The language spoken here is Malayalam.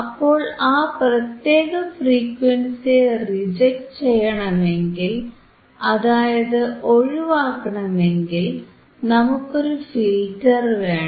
അപ്പോൾ ആ പ്രത്യേക ഫ്രീക്വൻസിയെ റിജക്ട് ചെയ്യണമെങ്കിൽ അതായത് ഒഴിവാക്കണമെങ്കിൽ നമുക്കൊരു ഫിൽറ്റർ വേണം